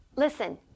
Listen